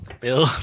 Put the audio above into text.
Bill